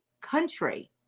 country